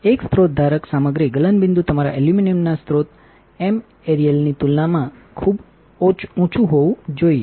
એક સ્રોત ધારક સામગ્રી ગલનબિંદુતમારા એલ્યુમિનિયમનાસ્રોત એમએરિયલનીતુલનામાં ખૂબbeંચુંહોવું જોઈએ